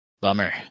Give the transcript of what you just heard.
Bummer